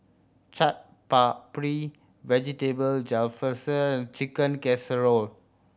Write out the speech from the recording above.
Chaat Papri Vegetable Jalfrezi and Chicken Casserole